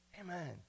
Amen